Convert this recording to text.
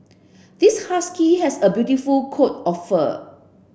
this husky has a beautiful coat of fur